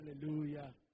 Hallelujah